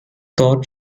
thorp